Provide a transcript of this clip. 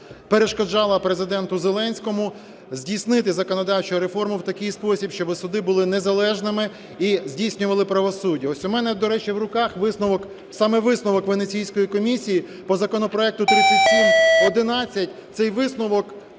перешкоджало Президенту Зеленському здійснити законодавчу реформу в такий спосіб, щоби суди були незалежними і здійснювали правосуддя? Ось у мене, до речі, в руках висновок, саме висновок Венеційської комісії по законопроекту 3711, цей висновок